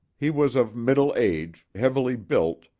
he was of middle age, heavily built,